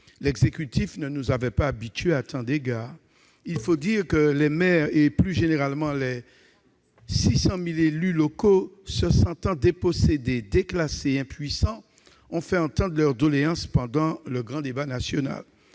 L'exécutif ne nous avait pas habitués à tant d'égards ! Il faut dire que les maires et, plus généralement, les 600 000 élus locaux, se sentant dépossédés, déclassés et impuissants, ont fait entendre leurs doléances pendant le grand débat national.